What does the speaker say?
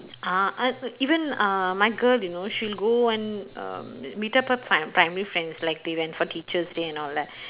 uh uh even uh my girl you know she'll go and um meet up her pri~ primary friends like they went for teachers' day and all that